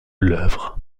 l’œuvre